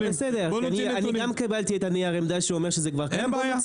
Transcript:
אני גם קיבלתי את הנייר עמדה שאומר שזה כבר קיים.